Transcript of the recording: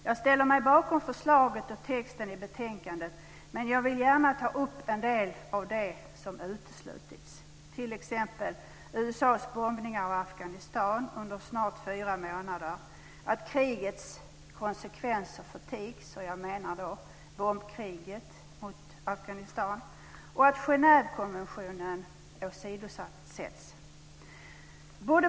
Jag ställer mig bakom förslaget och texten i betänkandet, men jag vill gärna ta upp en del av det som uteslutits, t.ex. USA:s bombningar av Afghanistan under snart fyra månader, att krigets konsekvenser förtigs - jag menar då bombkriget mot Afghanistan - och att Genèvekonventionen åsidosätts.